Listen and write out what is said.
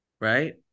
Right